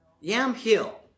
Yamhill